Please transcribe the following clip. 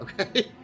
okay